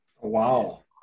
Wow